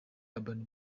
urban